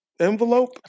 envelope